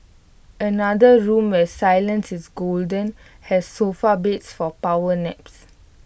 another room where silence is golden has sofa beds for power naps